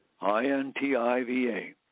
I-N-T-I-V-A